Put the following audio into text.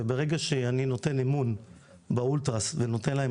וברגע שאני נותן אמון באולטראס ונותן להם